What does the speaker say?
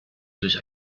durch